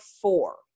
four